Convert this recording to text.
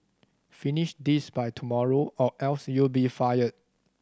finish this by tomorrow or else you'll be fired